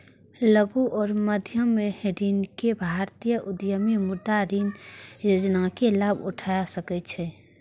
लघु आ मध्यम श्रेणीक भारतीय उद्यमी मुद्रा ऋण योजनाक लाभ उठा सकै छै